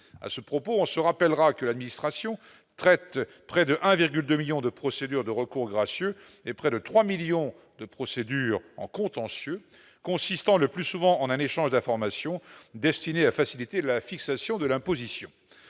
à ce propos, on se rappellera que l'administration traite près de 1,2 1000000 de procédures de recours gracieux et près de 3 millions de procédures en contentieux consistant le plus souvent en un échange d'informations destinée à faciliter la fixation de l'imposition,